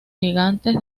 gigantes